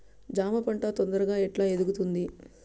జామ పంట తొందరగా ఎట్లా ఎదుగుతుంది?